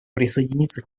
присоединиться